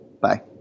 Bye